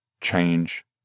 change